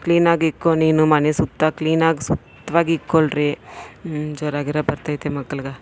ಕ್ಲೀನಾಗಿ ಇಕ್ಕೋ ನೀನು ಮನೆ ಸುತ್ತ ಕ್ಲೀನಾಗಿ ಸುತ್ವಾಗಿ ಇಕ್ಕೊಳ್ರಿ ಜ್ವರ ಗಿರ ಬರ್ತೈತೆ ಮಕ್ಳಿಗೆ